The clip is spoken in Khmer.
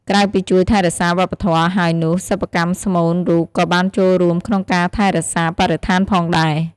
ក្រៅពីជួយថែរក្សាវប្បធម៏ហើយនោះសិប្បកម្មស្មូនរូបក៏បានចូលរួមក្នុងការថែរក្សាបរិស្ថានផងដែរ។